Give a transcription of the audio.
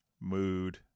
mood